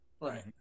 Right